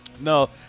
No